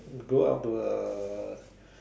go out to uh